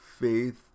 faith